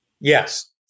Yes